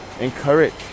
encourage